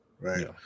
right